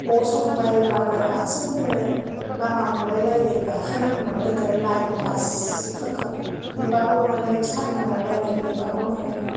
गसं लायबाबो आथिं होनो लामा मोनलाय लायै गाखोनाङोमोन गोदो लाइन बास फोरखौ नेबाबो मोनै सान मोनालायनाय नेबाबो मोनै